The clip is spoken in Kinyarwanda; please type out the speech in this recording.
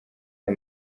aya